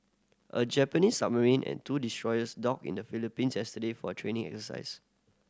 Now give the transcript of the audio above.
a Japanese submarine and two destroyers docked in the Philippines yesterday for a training exercise